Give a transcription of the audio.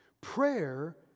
Prayer